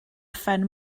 phen